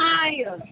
आइ